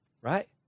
right